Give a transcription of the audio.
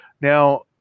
Now